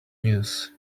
news